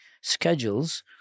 schedules